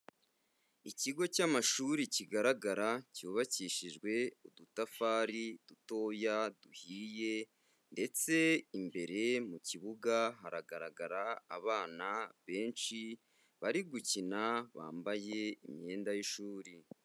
Ikigo cy'amashuri kigaragara cyubakishijwe udutafari dutoya duhiye ndetse imbere mu kibuga haragaragara abana benshi bari gukina bambaye imyenda y'ishuri.